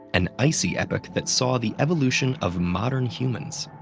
an icy epoch that saw the evolution of modern humans.